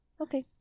Okay